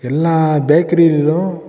எல்லா பேக்கரிகளிலும்